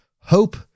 hope